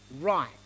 right